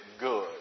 good